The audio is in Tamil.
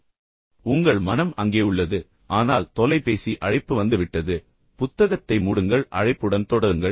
எனவே உங்கள் மனம் அங்கே உள்ளது ஆனால் தொலைபேசி அழைப்பு வந்துவிட்டது கடந்து செல்லுங்கள் புத்தகத்தை மூடுங்கள் அழைப்புடன் தொடருங்கள்